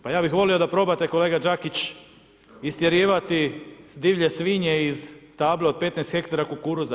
Pa ja bih volio da probate kolega Đakić istjerivati divlje svinje iz tabla od 15 hektara kukuruza.